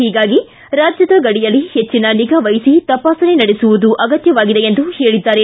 ಹೀಗಾಗಿ ರಾಜ್ಯದ ಗಡಿಯಲ್ಲಿ ಹೆಚ್ಚಿನ ನಿಗಾ ವಹಿಸಿ ತಪಾಸಣೆ ನಡೆಸುವುದು ಅಗತ್ಯವಾಗಿದೆ ಎಂದರು